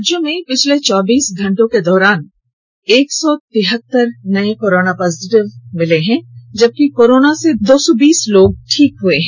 राज्य में पिछले चौबीस घंटे के दौरान एक सौ तिहतर नए कोरोना पॉजिटिव मरीज मिले है जबकि कोरोना से दो सौ बीस मरीज ठीक हुए हैं